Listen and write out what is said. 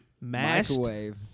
Microwave